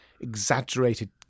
exaggerated